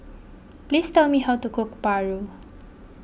please tell me how to cook Paru